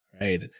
right